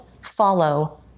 follow